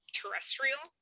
terrestrial